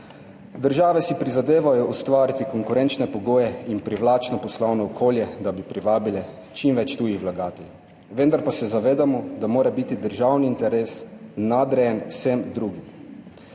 Države si prizadevajo ustvariti konkurenčne pogoje in privlačno poslovno okolje, da bi privabile čim več tujih vlagateljev. Vendar pa se zavedamo, da mora biti državni interes nadrejen vsem drugim.